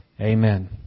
Amen